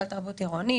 סל תרבות עירוני,